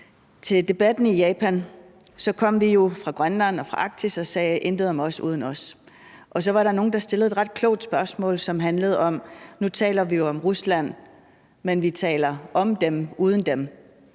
Til debatten i Japan kom vi jo fra Grønland og fra Arktis og sagde: Intet om os uden os. Så var der nogle, der stillede et ret klogt spørgsmål, som handlede om, at vi jo nu taler om Rusland, men at vi taler om dem uden dem,